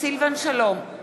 סילבן שלום,